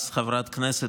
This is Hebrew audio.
אז חברת כנסת,